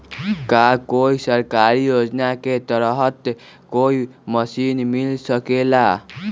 का कोई सरकारी योजना के तहत कोई मशीन मिल सकेला?